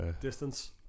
Distance